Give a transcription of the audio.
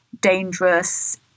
dangerous